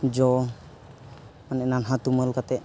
ᱡᱚ ᱚᱱᱮ ᱱᱟᱞᱦᱟ ᱛᱩᱢᱟᱹᱞ ᱠᱟᱛᱮᱫ